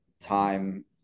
time